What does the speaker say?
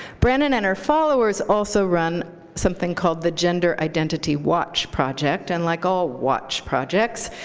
brannon and her followers also run something called the gender identity watch project, and like all watch projects,